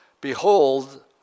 behold